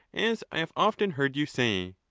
as i have often heard you say.